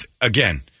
Again